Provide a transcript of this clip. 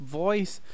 voice